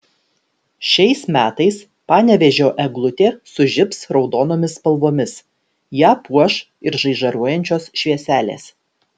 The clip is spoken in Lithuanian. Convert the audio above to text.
šiais metais panevėžio eglutė sužibs raudonomis spalvomis ją puoš ir žaižaruojančios švieselės